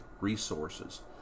resources